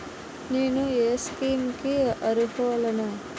నేను ఏ స్కీమ్స్ కి అరుహులను?